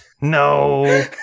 no